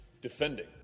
defending